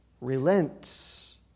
relents